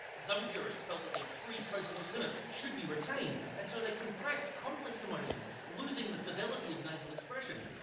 some purists felt that the three code point limit should be retained and so they compressed complex emotions, losing the fidelity of nasal expression.